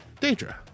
Daedra